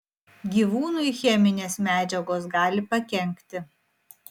gyvūnui cheminės medžiagos gali pakenkti